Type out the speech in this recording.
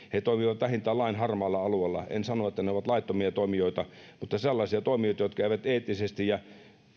he toimivat vähintään lain harmaalla alueella en sano että ne ovat laittomia toimijoita mutta sellaisia toimijoita jotka eivät eettisesti ja